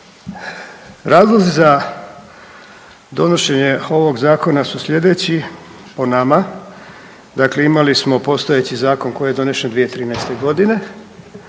Razlozi za donošenje ovog zakona su sljedeći, po nama, dakle imali smo postojeći zakon koji je donešen 2013. g.,